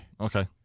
Okay